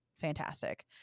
fantastic